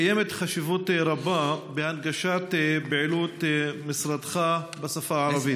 קיימת חשיבות רבה בהנגשת פעילות משרדך בשפה הערבית.